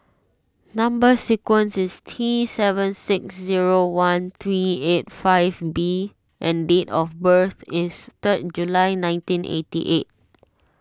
Number Sequence is T seven six zero one three eight five B and date of birth is third July nineteen eighty eight